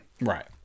Right